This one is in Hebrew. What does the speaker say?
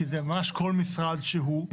כי זה ממש כל משרד שהוא.